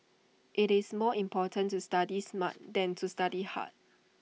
IT is more important to study smart than to study hard